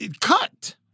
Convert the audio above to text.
cut